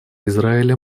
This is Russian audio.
израиля